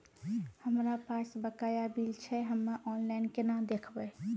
हमरा पास बकाया बिल छै हम्मे ऑनलाइन केना देखबै?